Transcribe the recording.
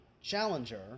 Challenger